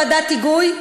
ועדת היגוי,